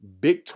Big